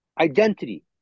identity